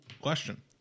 question